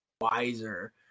wiser